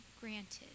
granted